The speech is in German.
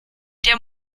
der